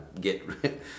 get